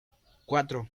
cuatro